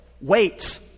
wait